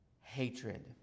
hatred